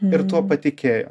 ir tuo patikėjo